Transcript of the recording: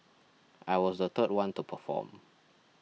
I was the third one to perform